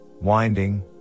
winding